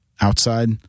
outside